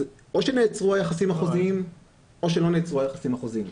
אז או שנעצרו היחסים החוזיים או שלא נעצרו היחסים החוזיים.